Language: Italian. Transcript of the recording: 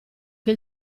che